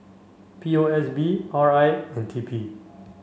P O S B R I and T P